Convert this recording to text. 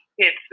kids